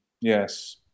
yes